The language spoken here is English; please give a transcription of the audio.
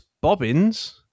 bobbins